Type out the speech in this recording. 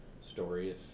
story